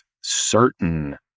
certain